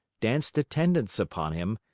danced attendance upon him,